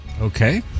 Okay